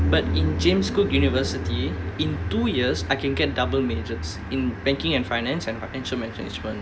but in james cook university in two years I can get double majors in banking and finance and financial management